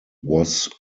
was